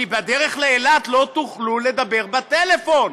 כי בדרך לאילת לא תוכלו לדבר בטלפון.